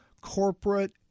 corporate